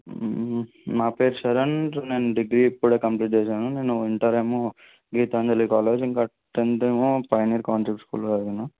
నా పేరు శరణ్ నేను డిగ్రీ ఇప్పుడే కంప్లీట్ చేశాను నేను ఇంటర్ ఏమో గీతాంజలి కాలేజ్ ఇంక టెన్త్ ఏమో పైనీర్ కాన్సెప్ట్ స్కూల్లో చదివాను